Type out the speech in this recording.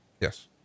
Yes